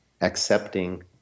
accepting